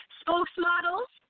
spokesmodels